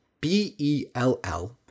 B-E-L-L